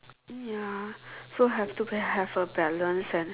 ya so have to have a balance and